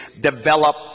develop